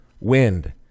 Wind